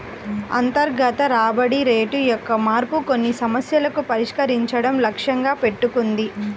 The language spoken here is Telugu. అంతర్గత రాబడి రేటు యొక్క మార్పు కొన్ని సమస్యలను పరిష్కరించడం లక్ష్యంగా పెట్టుకుంది